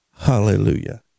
Hallelujah